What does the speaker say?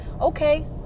Okay